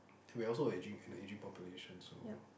we're also a aging an aging population so